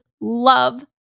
love